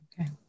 Okay